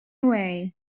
away